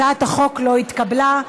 הצעת החוק לא התקבלה.